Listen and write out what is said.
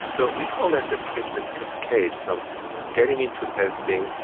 so we call that the treatment cascade, from getting into testing,